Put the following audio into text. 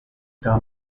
the